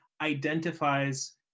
identifies